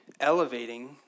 elevating